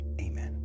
Amen